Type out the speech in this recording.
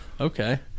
Okay